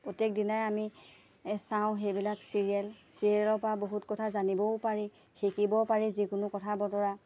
প্ৰত্যেকদিনাই আমি চাওঁ সেইবিলাক চিৰিয়েল চিৰিয়েলৰপৰা বহুত কথা জানিবও পাৰি শিকিবও পাৰি যিকোনো কথা বতৰা